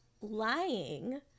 lying